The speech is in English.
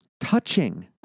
touching